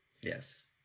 yes